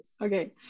okay